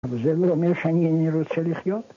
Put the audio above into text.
זה לא אומר שאני אינני רוצה לחיות?